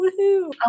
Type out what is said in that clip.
Woohoo